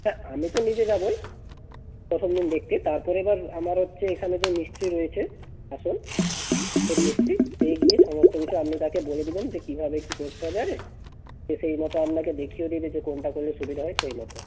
হ্যাঁ আমি তো নিজে যাবই প্রথম দিন দেখতে তারপর এবার আমার হচ্ছে এখানে যে মিস্ত্রি রয়েছে আসল হেড মিস্ত্রি সে গিয়ে সমস্ত কিছু আপনি তাকে বলে দেবেন যে কীভাবে কী করতে হবে আরে সে সেই মতো আপনাকে দেখিয়েও দেবে যে কোনটা করলে সুবিধা হয় সেই মতো